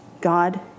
God